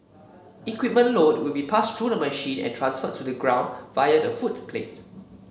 equipment load will be passed through the machine and transferred to the ground via the footplate